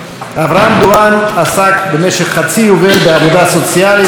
אברהם דואן עסק במשך חצי יובל בעבודה סוציאלית והיה